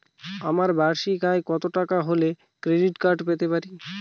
আমার বার্ষিক আয় কত টাকা হলে ক্রেডিট কার্ড পেতে পারি?